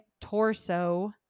torso